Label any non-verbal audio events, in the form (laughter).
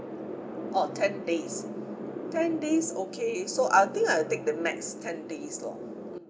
oh ten days (breath) ten days okay so I think I will take the max ten days lor mm